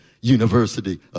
University